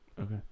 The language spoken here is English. Okay